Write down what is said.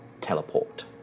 Teleport